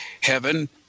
heaven